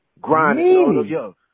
Grinding